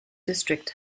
district